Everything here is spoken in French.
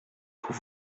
pour